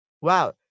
Wow